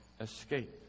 escape